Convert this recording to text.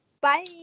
Bye